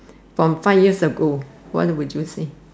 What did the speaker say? from five years ago what would you say